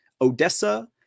Odessa